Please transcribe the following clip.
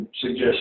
suggest